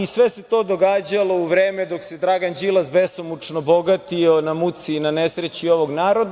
Sve se to događalo u vreme dok se Dragan Đilas besomučno bogatio na muci i nesreći ovog naroda.